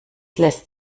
lässt